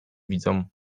widzą